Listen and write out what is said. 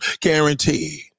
Guaranteed